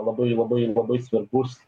labai labai labai svarbus